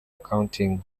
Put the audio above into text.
accounting